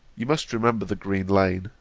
you must remember the green lane,